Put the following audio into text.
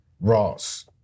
Ross